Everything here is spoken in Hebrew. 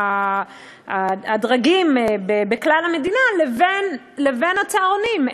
בין הדרגים בכלל המדינה, לבין הצהרונים.